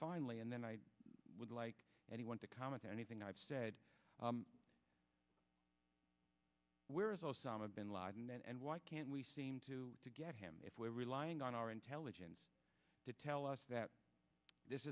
finally and then i would like anyone to comment on anything i've said where is osama bin laden and why can't we seem to to get him if we're relying on our intelligence to tell us that this